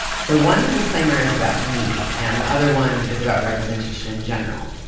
so one disclaimer is about me, and the other one is about representation in general.